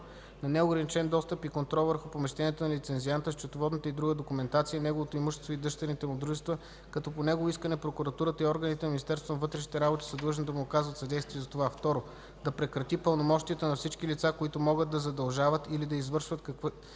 на неограничен достъп и контрол върху помещенията на лицензианта, счетоводната и друга документация, неговото имущество и дъщерните му дружества, като по негово искане прокуратурата и органите на Министерството на вътрешните работи са длъжни да му оказват съдействие за това; 2. да прекрати пълномощията на всички лица, които могат да задължават или да извършват каквито